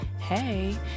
hey